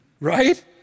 Right